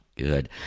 good